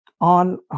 on